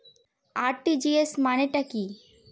RTGS মানে টা কি?